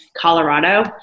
Colorado